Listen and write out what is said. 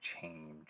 change